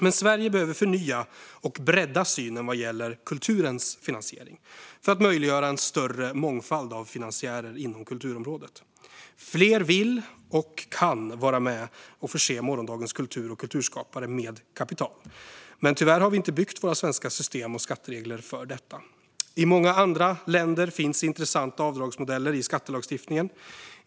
Men Sverige behöver förnya och bredda synen på kulturens finansiering för att möjliggöra en större mångfald av finansiärer inom kulturområdet. Fler vill och kan vara med och förse morgondagens kultur och kulturskapare med kapital, men tyvärr har vi inte byggt våra svenska system och skatteregler för detta. I många andra länder finns intressanta avdragsmodeller i skattelagstiftningen.